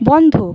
বন্ধ